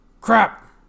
Crap